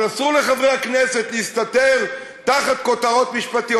אבל אסור לחברי הכנסת להסתתר תחת כותרות משפטיות.